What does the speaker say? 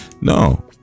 No